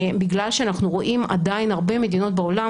בגלל שאנחנו רואים עדיין הרבה מדינות בעולם